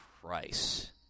price